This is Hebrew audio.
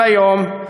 אבל היום,